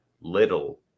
Little